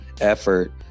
effort